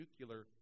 nuclear